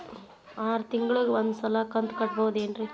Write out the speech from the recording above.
ಆರ ತಿಂಗಳಿಗ ಒಂದ್ ಸಲ ಕಂತ ಕಟ್ಟಬಹುದೇನ್ರಿ?